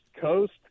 coast